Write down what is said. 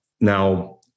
Now